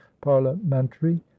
parliamentary